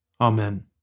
Amen